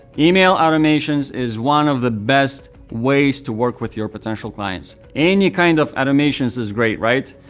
email automation is one of the best ways to work with your potential clients. any kind of automation is is great, right?